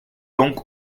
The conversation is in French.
donc